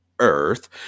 Earth